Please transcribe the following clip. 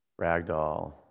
Ragdoll